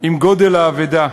עם גודל האבדה,